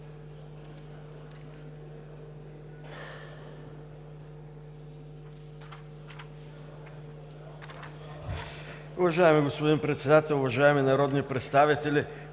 Уважаеми господин Председател, уважаеми народни представители,